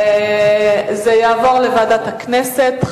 זה יעבור לוועדת הכנסת.